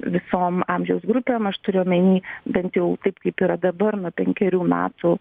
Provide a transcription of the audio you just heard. visom amžiaus grupėm aš turiu omeny bent jau taip kaip yra dabar nuo penkerių metų